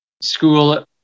school